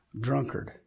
drunkard